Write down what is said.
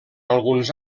alguns